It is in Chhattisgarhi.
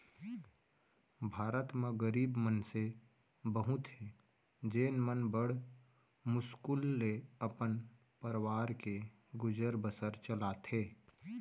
भारत म गरीब मनसे बहुत हें जेन मन बड़ मुस्कुल ले अपन परवार के गुजर बसर चलाथें